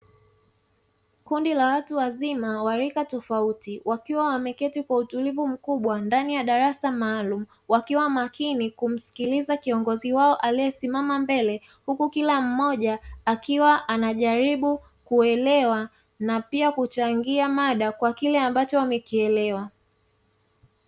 Kundi la watu wazima wa rika tofauti, wakiwa wameketi kwa utulivu mkubwa ndani ya darasa maalum wakiwa makini kumsikiliza kiongozi wao aliyesimama mbele, huku kila mmoja akiwa anajaribu kuelewa na pia kuchangia mada kwa kile ambacho amekielewa.